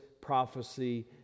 prophecy